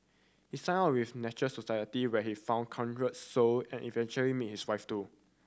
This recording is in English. he signed up with Nature Society where he found kindred soul and eventually meet his wife too